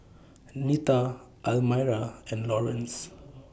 Nita Almyra and Laurence